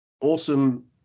awesome